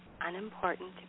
unimportant